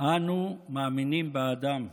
אנו מאמינים באדם,